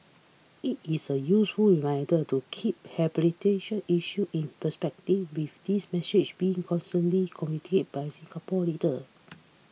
it is a useful reminder to keep issues in perspective with this message being consistently communicated by Singapore leaders